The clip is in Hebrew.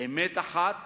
"אמת אחת